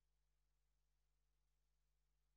(הישיבה נפסקה בשעה